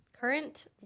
Current